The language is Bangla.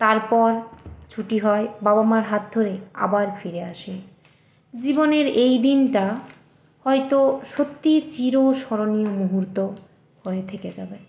তারপর ছুটি হয় বাবা মার হাত ধরে আবার ফিরে আসি জীবনের এই দিনটা হয়তো সত্যিই চিরস্মরণীয় মুহূর্ত হয়ে থেকে যাবে